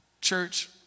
Church